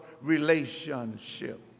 relationship